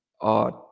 odd